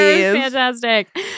fantastic